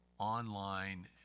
online